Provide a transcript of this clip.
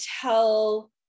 tell